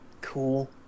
Cool